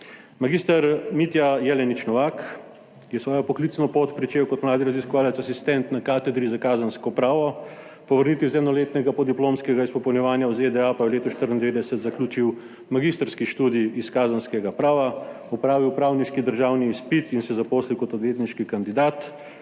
Mag. Mitja Jelenič Novak je svojo poklicno pot začel kot mladi raziskovalec asistent na Katedri za kazensko pravo, po vrnitvi iz enoletnega podiplomskega izpopolnjevanja v ZDA pa je v letu 1994 zaključil magistrski študij iz kazenskega prava, opravil pravniški državni izpit in se zaposlil kot odvetniški kandidat.